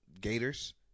Gators